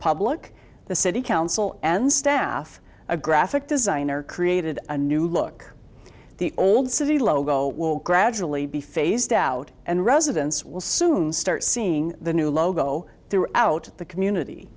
public the city council and staff a graphic designer created a new look the old city logo will gradually be phased out and residents will soon start seeing the new logo throughout the community